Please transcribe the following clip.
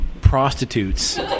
prostitutes